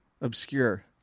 Obscure